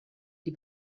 die